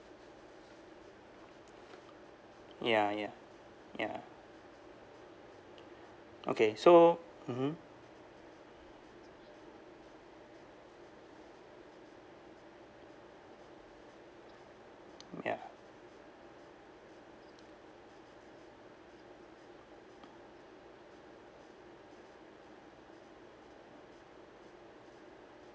ya ya ya okay so mmhmm ya